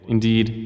Indeed